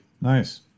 Nice